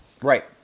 Right